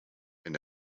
and